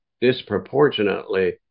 disproportionately